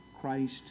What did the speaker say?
Christ